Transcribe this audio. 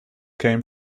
came